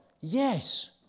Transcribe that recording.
Yes